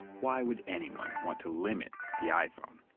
why would anyone want to limit the iphone?